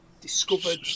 discovered